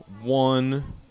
One